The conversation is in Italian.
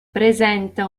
presenta